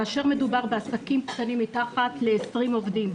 כאשר מדובר בעסקים קטנים עם למטה מ-20 עובדים,